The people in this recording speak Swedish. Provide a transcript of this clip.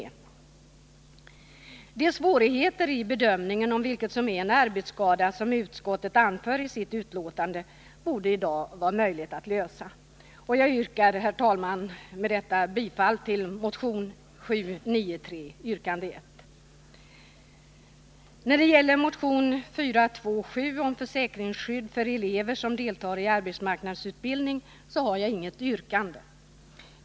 De svårigheter i bedömningen om vilket som är en arbetsskada, som utskottet anför i sitt betänkande, borde i dag vara möjligt att lösa. Jag yrkar, herr talman, bifall till motion 793 yrkande 1. När det gäller motion 427 om försäkringsskydd för elever som deltar i arbetsmarknadsutbildning har jag inget yrkande.